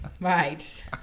Right